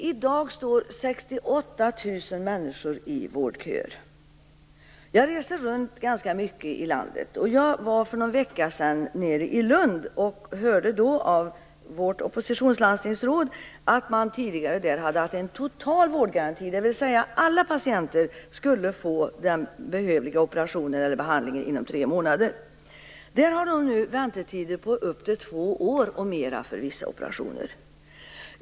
I dag står 68 000 människor i vårdköer. Jag reser runt ganska mycket i landet, och jag var för någon vecka sedan nere i Lund. Jag hörde då av vårt oppositionslandstingsråd att man där tidigare hade haft en total vårdgaranti, dvs. att alla patienter skulle få den behövliga operationen eller behandlingen inom tre månader. Där har de nu väntetider på upp till två år och mer för vissa operationer.